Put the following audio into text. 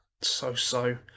so-so